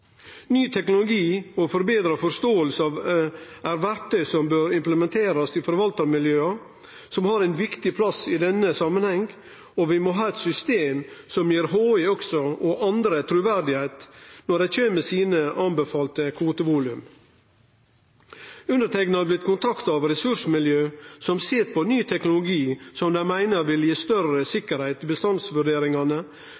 Ny teknologi og forbetra forståing er verktøy som bør implementerast i forvaltarmiljøa, som har ein viktig plass i denne samanhengen, og vi må ha eit system som gir HI og andre truverde når dei kjem med sine anbefalte kvotevolum. Underteikna har blitt kontakta av ressursmiljø som sit på ny teknologi som dei meiner vil gi større